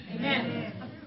Amen